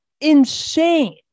insane